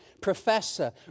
professor